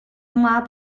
mob